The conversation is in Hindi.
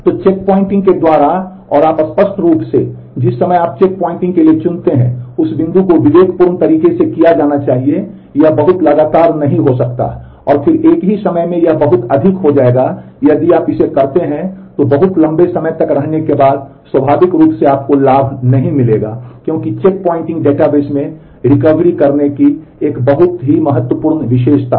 तो चेक पॉइंटिंग के द्वारा और आप स्पष्ट रूप से जिस समय आप चेक पॉइंटिंग के लिए चुनते हैं उस बिंदु को विवेकपूर्ण तरीके से किया जाना चाहिए यह बहुत लगातार नहीं हो सकता है और फिर एक ही समय में यह बहुत अधिक हो जाएगा यदि आप इसे करते हैं में बहुत लंबे समय तक रहने के बाद स्वाभाविक रूप से आपको लाभ नहीं मिलेगा लेकिन चेक पॉइंटिंग डेटाबेस में रिकवरी करने की एक बहुत ही महत्वपूर्ण विशेषता है